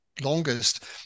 longest